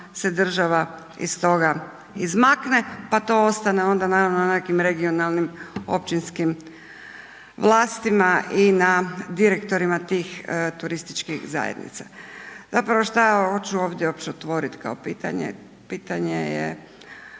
se država iz toga izmakne, pa to ostane onda naravno na nekim regionalnim općinskim vlastima i na direktorima tih turističkih zajednica. Zapravo šta hoću ovdje uopće otvorit kao pitanje, pitanje je,